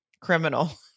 criminal